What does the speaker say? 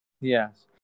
Yes